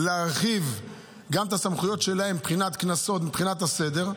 להרחיב את הסמכויות שלהן מבחינת קנסות ומבחינת הסדר.